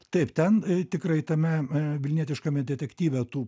taip ten tikrai tame vilnietiškame detektyve tų